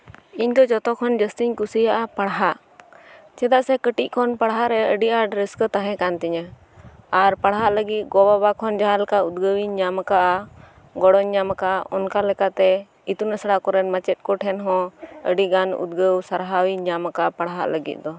ᱤᱧ ᱫᱚ ᱡᱷᱚᱛᱚ ᱠᱷᱚᱱ ᱡᱟᱹᱥᱛᱤᱧ ᱠᱩᱥᱤᱭᱟᱜᱼᱟ ᱯᱟᱲᱦᱟᱜ ᱪᱮᱫᱟᱜ ᱥᱮ ᱠᱟᱹᱴᱤᱡ ᱠᱷᱚᱱ ᱯᱟᱲᱦᱟᱜ ᱨᱮ ᱟᱹᱰᱤ ᱟᱴ ᱨᱟᱹᱥᱠᱟᱹ ᱛᱟᱦᱮᱸ ᱠᱟᱱᱛᱤᱧᱟᱹ ᱟᱨ ᱯᱟᱲᱦᱟᱜ ᱞᱟᱹᱜᱤᱫ ᱜᱚ ᱵᱟᱵᱟ ᱠᱷᱚᱱ ᱡᱟᱦᱟᱸ ᱞᱮᱠᱟ ᱩᱫᱽᱜᱟᱹᱣ ᱤᱧ ᱧᱟᱢ ᱟᱠᱟᱫᱟ ᱜᱚᱲᱚᱧ ᱧᱟᱢ ᱟᱠᱟᱫᱟ ᱚᱱᱠᱟ ᱞᱮᱠᱟᱛᱮ ᱤᱛᱩᱱ ᱟᱥᱲᱟ ᱠᱚᱨᱮ ᱢᱟᱪᱮᱫ ᱠᱚ ᱴᱷᱮᱱ ᱦᱚᱸ ᱟᱹᱰᱤ ᱜᱟᱱ ᱩᱫᱽᱜᱟᱹᱣ ᱥᱟᱨᱦᱟᱣᱤᱧ ᱧᱟᱢ ᱟᱠᱟᱫᱟ ᱯᱟᱲᱦᱟᱜ ᱞᱟᱹᱜᱤᱫ ᱫᱚ